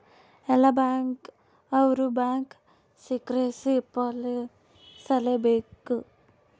ಎಲ್ಲ ಬ್ಯಾಂಕ್ ಅವ್ರು bank secrecy ಪಾಲಿಸಲೇ ಬೇಕ